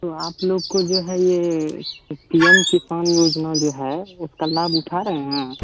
तो आप लोग को जो है यह पी एम किसान योजना जो है उसका लाभ उठा रहे हैं